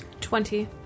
Twenty